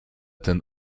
ten